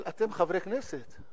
אבל אתם חברי הכנסת.